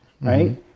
right